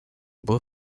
beau